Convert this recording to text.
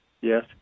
Yes